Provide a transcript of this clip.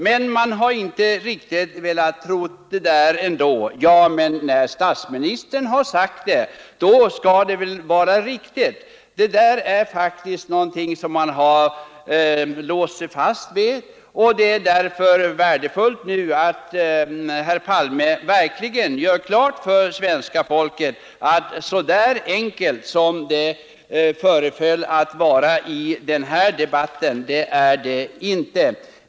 Man har ändå inte riktigt velat tro på denna förklaring utan invänt att när statsministern har sagt det så skall det väl vara riktigt. Det där yttrandet är faktiskt någonting som man låst sig fast vid, och det är därför värdefullt att herr Palme nu verkligen gör klart för svenska folket att så enkelt som det föreföll att vara i debatten vid partikongressen är det inte.